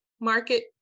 market